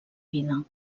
vida